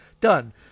Done